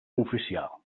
oficial